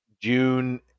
June